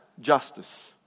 justice